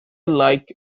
like